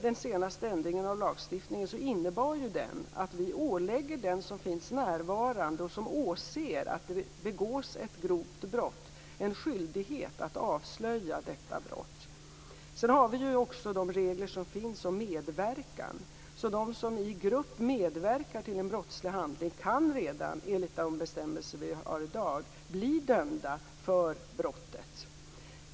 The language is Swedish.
Den senaste ändringen av lagstiftningen innebar ju att vi ålägger den som är närvarande eller åser att det begås ett grovt brott en skyldighet att avslöja detta brott. Sedan har vi också regler om medverkan till brott. De som i grupp medverkar till en brottslig handling kan redan enligt de bestämmelser som vi har i dag bli dömda för brottet.